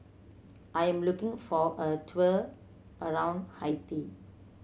I am looking for a tour around Haiti